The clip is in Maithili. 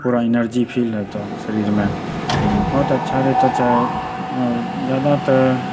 पूरा एनर्जी फील हेतऽ शरीरमे बहुत अच्छा रहतऽ चाइ आओर ज्यादा तऽ